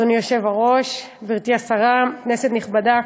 אדוני היושב-ראש, גברתי השרה, כנסת נכבדה,